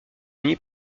unis